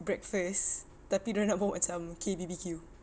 breakfast tapi dorang buat macam K_B_B_Q